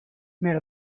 made